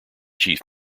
chief